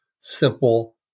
simple